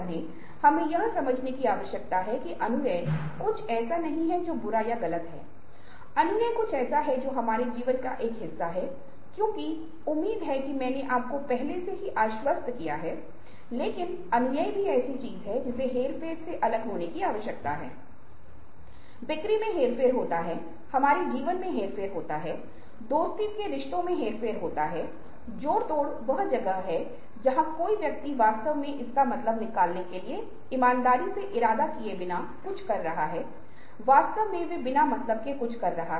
और जीवन में कई तनावपूर्ण स्थितियां होती हैं एक आपदा आई है व्यक्तियों ने अपना जीवन खो दिया है अपने परिवार के सदस्यों को खो दिया है संपत्ति खो दी है घर बर्बाद हो गया है फसल नष्ट हो गई है यहां तक कि ऐसी तनावपूर्ण स्थितियों में भावनात्मक रूप से फिट व्यक्ति शांत और रचित रहता है